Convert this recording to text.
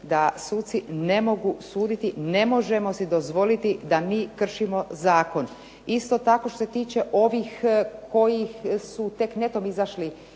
da suci ne mogu suditi ne možemo si dozvoliti da mi kršimo zakon. Isto tako, što se tiče ovih koji su tek netom izašli